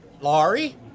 Laurie